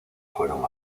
fueron